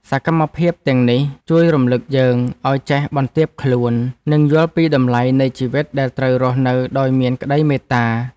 សកម្មភាពទាំងនេះជួយរំលឹកយើងឱ្យចេះបន្ទាបខ្លួន និងយល់ពីតម្លៃនៃជីវិតដែលត្រូវរស់នៅដោយមានក្ដីមេត្តា។